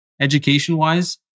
Education-wise